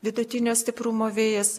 vidutinio stiprumo vėjas